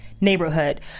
neighborhood